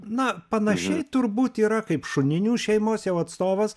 na panašiai turbūt yra kaip šuninių šeimos jau atstovas